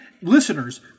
listeners